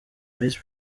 ice